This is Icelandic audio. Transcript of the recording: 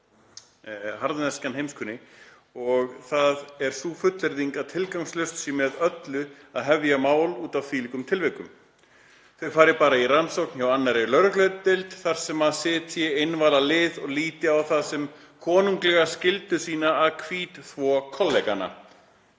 og það er sú fullyrðing að tilgangslaust sé með öllu að hefja mál útaf þvílíkum tilvikum. Þau fari bara í rannsókn hjá annari lögregludeild þar sem sitji einvalalið og líti á það sem konunglega skyldu sína að hvítþvo kollegana.